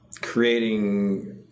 creating